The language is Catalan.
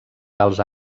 tals